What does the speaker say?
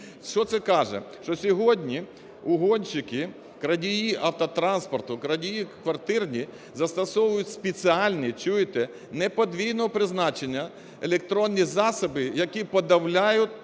Що це каже. Що сьогодні угонщики, крадії автотранспорту, крадії квартирні застосовують спеціальні, чуєте, (не подвійного призначення), електронні засоби, які подавляють протиугонну систему